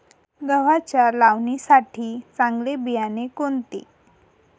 गव्हाच्या लावणीसाठी चांगले बियाणे कोणते?